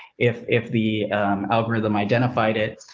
if, if the algorithm identified it,